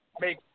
make